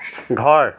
ঘৰ